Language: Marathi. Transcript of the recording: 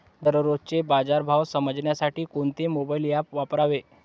दररोजचे बाजार भाव समजण्यासाठी कोणते मोबाईल ॲप वापरावे?